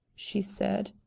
she said.